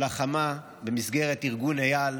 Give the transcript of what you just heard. שלחמה במסגרת ארגון אי"ל